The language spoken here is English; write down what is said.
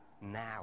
now